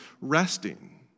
resting